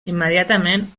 immediatament